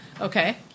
Okay